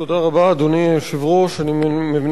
תודה, שהוא משיב בשם הממשלה.